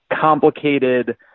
complicated